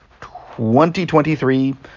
2023